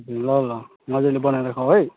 ल ल मजाले बनाएर खाऊ है